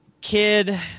kid